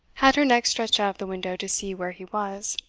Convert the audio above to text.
had her neck stretched out of the window to see where he was.